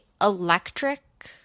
electric